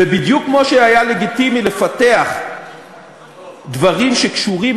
בדיוק כמו שהיה לגיטימי לפתח דברים שקשורים